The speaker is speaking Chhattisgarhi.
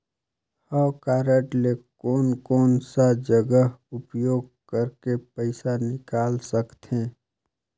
हव कारड ले कोन कोन सा जगह उपयोग करेके पइसा निकाल सकथे?